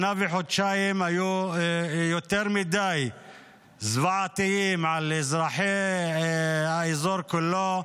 שנה וחודשיים היו יותר מדי זוועתיים לאזרחי האזור כולו.